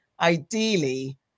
ideally